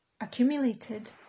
accumulated